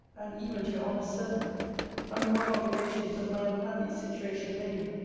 and even to your honest servant under what obligations does my unhappy situation lay me!